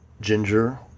Ginger